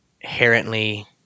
inherently